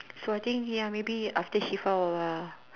so I think ya maybe I think after he found out lah